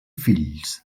fills